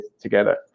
together